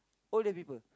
all the people